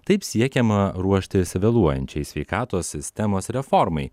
taip siekiama ruoštis vėluojančiai sveikatos sistemos reformai